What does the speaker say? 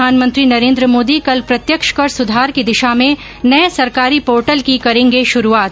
प्रधानमंत्री नरेन्द्र मोदी कल प्रत्यक्ष कर सुधार की दिशा में सरकारी पोर्टल की करेंगे शुरुआत